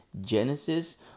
genesis